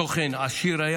היה תוכן עשיר.